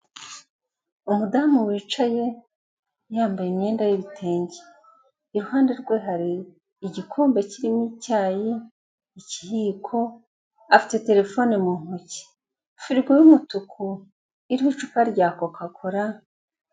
Umudamu wicaye, yambaye imyenda y'ibitenge, iruhande rwe hari igikombe kirimo icyayi, ikiyiko, afite terefone mu ntoki, firigo y'umutuku iriho icupa rya koka kola.